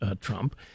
Trump